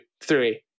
three